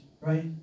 right